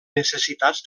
necessitats